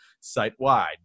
site-wide